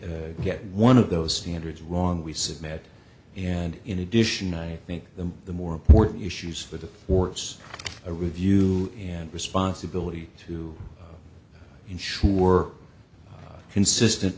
get one of those standards wrong we submit and in addition i think that the more important issues for the force a review and responsibility to ensure consistent